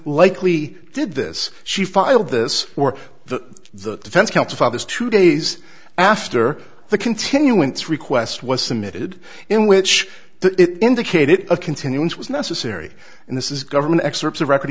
likely did this she filed this for the defense counsel fathers two days after the continuance request was submitted in which the indicated a continuance was necessary and this is government excerpts of record